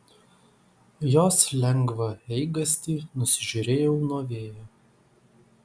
jos lengvą eigastį nusižiūrėjau nuo vėjo